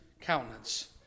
countenance